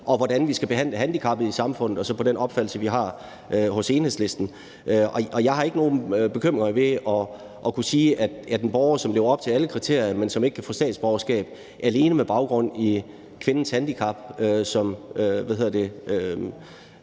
og hvordan vi skal behandle handicappede i samfundet, og så på den opfattelse, vi har i Enhedslisten. Jeg har ikke nogen bekymringer ved at sige, at vi synes, at en borger, som lever op til alle kriterier, men som ikke kan få dansk statsborgerskab, alene med baggrund i borgerens handicap med svær Alzheimers